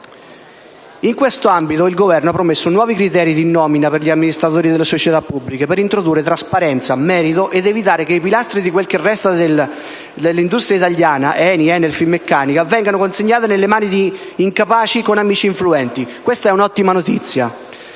è Paolo Scaroni. Il Governo ha promesso nuovi criteri di nomina per gli amministratori delle società pubbliche per introdurre trasparenza e merito ed evitare che i pilastri di quel che resta dell'industria italiana (ENI, ENEL, Finmeccanica) vengano consegnati nelle mani di incapaci con amici influenti. Questa è un'ottima notizia;